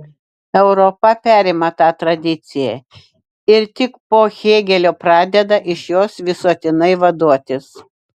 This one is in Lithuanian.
europa perima tą tradiciją ir tik po hėgelio pradeda iš jos visuotinai vaduotis